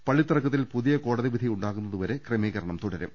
പള്ളി തർക്കത്തിൽ പുതിയ കോടതിവിധി ഉണ്ടാകുന്നതുവരെ ക്രമീ കരണം തുടരും